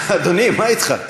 אדוני, מה אתך?